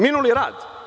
Minuli rad?